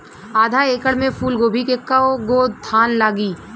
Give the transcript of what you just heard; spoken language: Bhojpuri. आधा एकड़ में फूलगोभी के कव गो थान लागी?